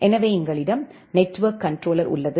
எனவே எங்களிடம் network controller உள்ளது